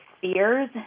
fears